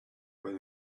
when